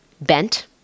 bent